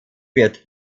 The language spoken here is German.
wird